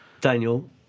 Daniel